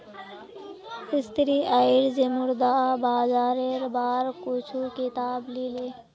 सन्नी आईज मुद्रा बाजारेर बार कुछू किताब ली ले